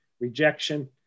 rejection